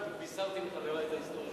ובישרתי לחברי את ההיסטוריה